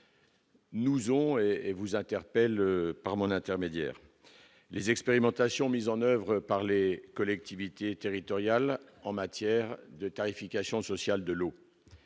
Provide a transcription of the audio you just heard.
Nous on est et vous interpelle par mon intermédiaire, les expérimentations mises en oeuvre par Les collectivités territoriales en matière de tarification sociale de l'eau,